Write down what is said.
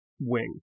wing